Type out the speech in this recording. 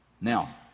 Now